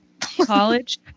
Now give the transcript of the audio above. College